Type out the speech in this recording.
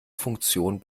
funktionen